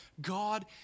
God